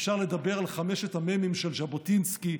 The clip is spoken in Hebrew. אפשר לדבר על חמשת המ"מים של ז'בוטינסקי,